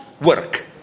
work